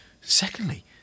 Secondly